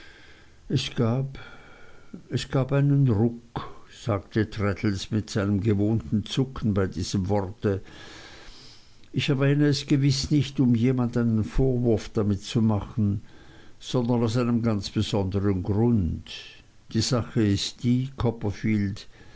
es gab es gab einen ruck sagte traddles mit seinem gewohnten zucken bei diesem worte ich erwähne es gewiß nicht um jemand einen vorwurf damit zu machen sondern aus einem ganz besondern grund die sache ist die copperfield